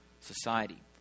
Society